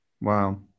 Wow